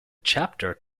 chapter